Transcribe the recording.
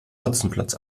hotzenplotz